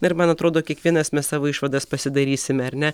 ir man atrodo kiekvienas mes savo išvadas pasidarysime ar ne